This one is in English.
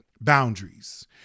Boundaries